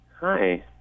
Hi